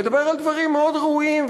מדבר על דברים מאוד ראויים,